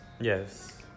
Yes